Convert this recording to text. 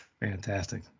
Fantastic